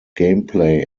gameplay